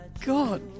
god